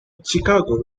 chicago